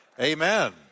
Amen